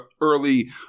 early